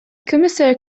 commissaire